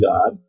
God